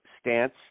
stance